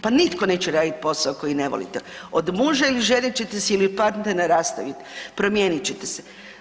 Pa nitko neće raditi posao koji ne volite, od muža ili žene ćete se ili partnera rastaviti, promijenit ćete se.